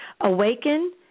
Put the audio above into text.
awaken